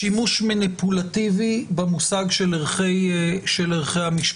שימוש מניפולטיבי, במושג של ערכי המשפחה.